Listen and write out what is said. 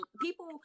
people